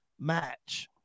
match